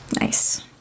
Nice